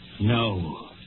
No